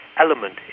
element